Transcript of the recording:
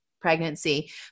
pregnancy